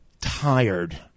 tired